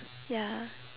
ya